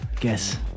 Guess